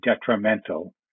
detrimental